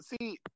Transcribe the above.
See